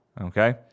Okay